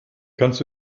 kannst